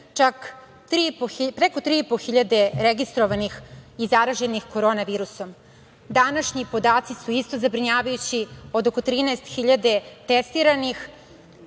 čak preko tri i po hiljade registrovanih i zaraženih Korona virusom. Današnji podaci su isto zabrinjavajući, od oko 13 hiljada testiranih,